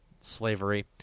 slavery